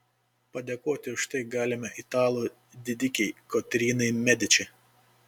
padėkoti už tai galime italų didikei kotrynai mediči